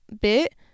bit